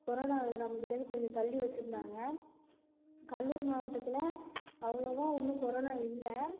கொரோனாவை நம்மக்கிட்டேருந்து கொஞ்சம் தள்ளி வச்சிருந்தாங்கள் கடலூர் மாவட்டத்தில் அவ்வளோவா ஒன்றும் கொரோனா இல்லை